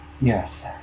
Yes